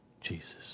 Jesus